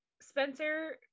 Spencer